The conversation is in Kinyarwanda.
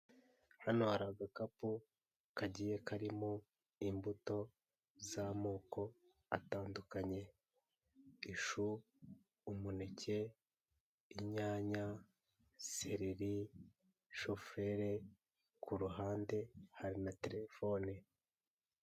Hano hari agakapu kagiye karimo imbuto z'amako atandukanye: ishu, umuneke, inyanya, sereri, shufurere, ku ruhande hari na telefoni.